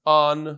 on